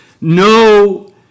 no